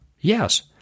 Yes